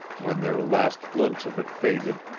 when their last glimpse of it faded,